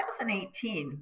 2018